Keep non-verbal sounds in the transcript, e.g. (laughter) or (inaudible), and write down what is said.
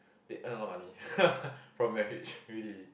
they earn a lot of money (laughs) from marriage really